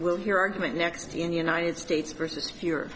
we'll hear argument next in the united states versus if you're